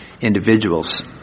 individuals